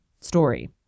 story